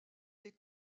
des